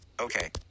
okay